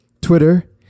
Twitter